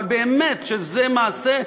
אבל באמת שזה מעשה,